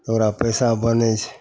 ओकरा पइसा बनै छै